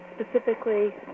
specifically